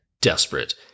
desperate